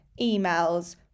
emails